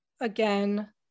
again